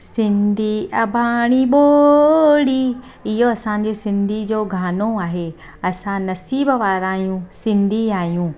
सिंधी अबाणी ॿोली इयो असांजे सिंधी जो गानो आहे असां नसीबु वारा आहियूं सिंधी आहियूं